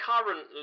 currently